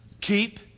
keep